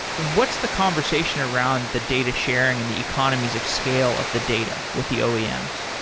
what's the conversation around the data sharing and the economies of scale of the data with the oems?